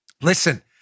listen